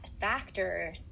factor